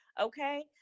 okay